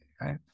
right